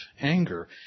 anger